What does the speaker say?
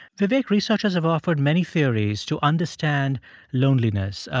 vivek, researchers have offered many theories to understand loneliness.